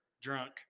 Drunk